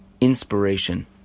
inspiration